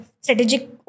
strategic